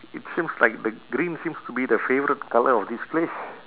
it seems like the green seems to be the favourite colour of this place